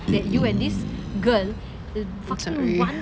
sorry